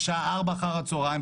בשעה 16 אחרי הצהרים,